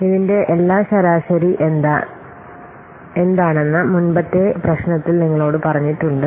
ഇതിന്റെ എല്ലാം ശരാശരി എന്താണെന്ന് മുൻപത്തെ പ്രശ്നത്തിൽ നിങ്ങളോട് പറഞ്ഞിട്ടുണ്ട്